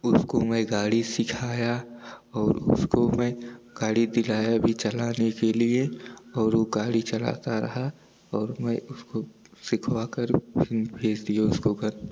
उसको मैं गाड़ी सिखाया और उसको मैं गाड़ी दिलाया भी चलाने के लिए और वह गाड़ी चलाता रहा और मैं उसको सिखवाकर भेज दिया उसको घर